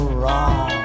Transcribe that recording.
wrong